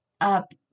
up